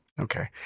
Okay